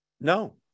no